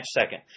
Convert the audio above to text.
second